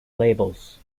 labels